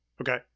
Okay